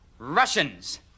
Russians